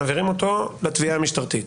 מעבירים אותו לתביעה המשטרתית.